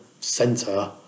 center